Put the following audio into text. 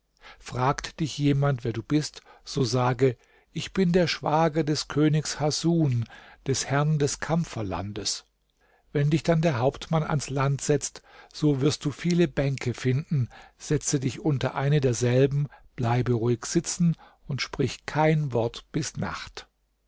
fragt dich jemand wer du bist so sage ich bin der schwager des königs hasun des herrn des kampferlandes wenn dich dann der hauptmann ans land setzt so wirst du viele bänke finden setze dich unter eine derselben bleibe ruhig sitzen und sprich kein wort bis nacht